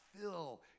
fill